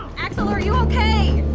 axel, are you ok?